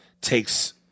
takes